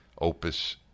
Opus